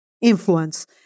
influence